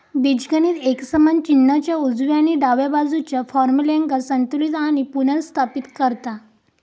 बीजगणित एक समान चिन्हाच्या उजव्या आणि डाव्या बाजुच्या फार्म्युल्यांका संतुलित आणि पुनर्स्थापित करता